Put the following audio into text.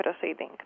proceeding